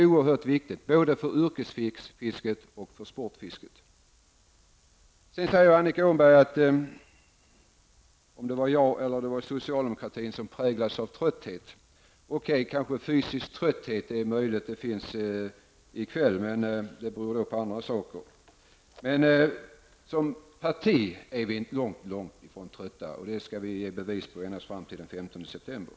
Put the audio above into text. Det är viktigt både för yrkesfisket och för sportfisket att man decentraliserar verksamheten ut till regionerna. Annika Åhnberg sade att jag -- eller om det var socialdemokratin -- präglades av trötthet. Okej, det är möjligt att det i kväll kan vara fråga om fysisk trötthet, men det beror i så fall helt på andra saker. Som parti är vi långtifrån trötta och det skall vi ge bevis för fram till den 15 september.